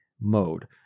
mode